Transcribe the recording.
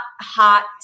hot